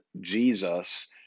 Jesus